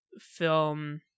film